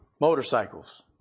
Motorcycles